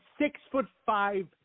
six-foot-five